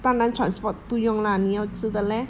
当然 transport 不用 lah 你要吃的 leh